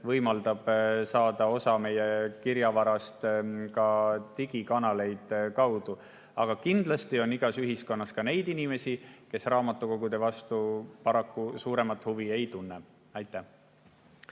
võimaldavad meie kirjavarast osa saada digikanaleid kaudu. Aga kindlasti on igas ühiskonnas ka neid inimesi, kes raamatukogude vastu paraku suuremat huvi ei tunne. Tarmo